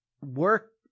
work